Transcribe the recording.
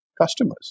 customers